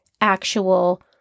actual